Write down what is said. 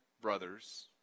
brothers